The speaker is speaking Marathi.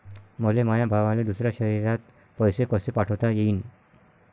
मले माया भावाले दुसऱ्या शयरात पैसे कसे पाठवता येईन?